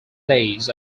days